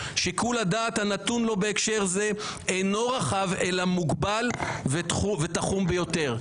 שיקול הדעת הנתון לו בהקשר זה אינו רחב אלא מוגבל ותחום ביותר.